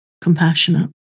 compassionate